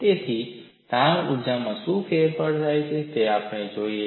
તેથી તાણ ઊર્જામાં શું ફેરફાર છે તે આપણે જોઈએ છે